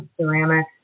Ceramic